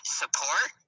support